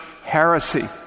heresy